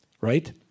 right